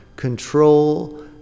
control